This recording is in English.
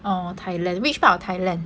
orh